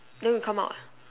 then you come out